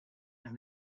and